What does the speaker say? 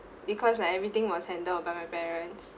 because like everything was handled by my parents